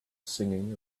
singing